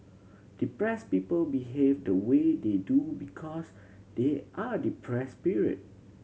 depressed people behave the way they do because they are depressed period